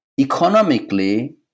economically